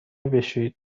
بشویید